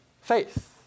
faith